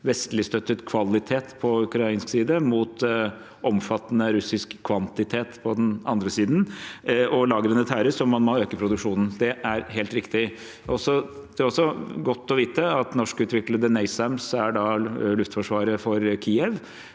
vestligstøttet kvalitet på ukrainsk side mot omfattende russisk kvantitet på den andre siden. Lagrene tæres på, og man må øke produksjonen. Det er helt riktig. Det er også godt å vite at norskutviklede NASAMS er luftforsvaret for Kyiv,